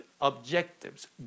objectives